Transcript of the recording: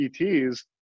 ETs